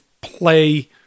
play